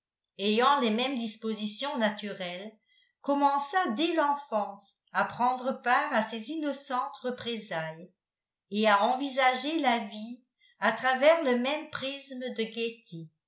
ayant les mêmes dispositions naturelles commença dès l'enfance à prendre part à ces innocentes représailles et à envisager la vie à travers le même prisme de